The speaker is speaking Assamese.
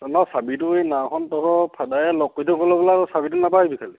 চাবিটো এই নাওখন তহঁতৰ ফাদাৰে লক কৰি থৈ গ'ল হবলা চাবিটো নাপাহৰিবি খালী